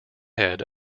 head